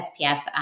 SPF